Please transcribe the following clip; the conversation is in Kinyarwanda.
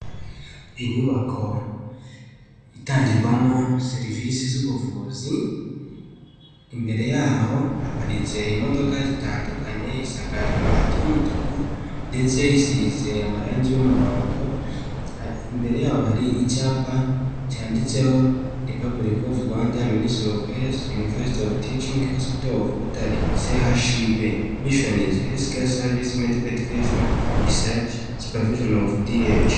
Inyubako itangirwamo serivisi z'ubuvuzi imbere yaho haparitse imodoka zitandukanye. Isakaje amabati y'umutuku ndetse isize amarangi y'umuhondo. Imbere yaho hari icyapa cyanditseho republic of Rwanda, Ministry of health, University of teaching hospital of Butare CHUB. Missions Health care services, Medical education, research, supervision of D.H.